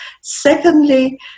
Secondly